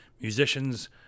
musicians